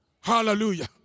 Hallelujah